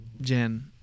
Jen